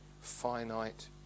finite